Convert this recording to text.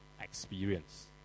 experience